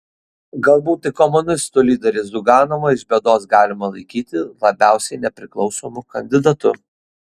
galbūt tik komunistų lyderį ziuganovą iš bėdos galima laikyti labiausiai nepriklausomu kandidatu